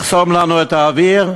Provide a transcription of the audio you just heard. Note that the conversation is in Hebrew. לחסום לנו את האוויר?